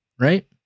right